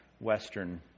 western